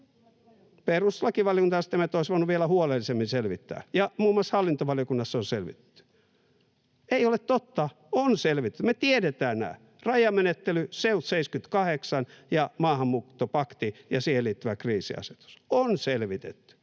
Perustuslakivaliokunta on sitä mieltä, että olisi voinut vielä huolellisemmin selvittää, ja muun muassa hallintovaliokunnassa on selvitty. — Ei ole totta, on selvitty, me tiedetään nämä: rajamenettely, SEUT 78 ja maahanmuuttopakti ja siihen liittyvä kriisiasetus. On selvitetty,